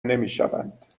نمیشوند